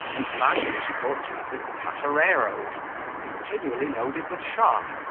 and planted his court-yard with patereroes continually loaded with shot,